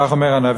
כך אומר הנביא: